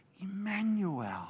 Emmanuel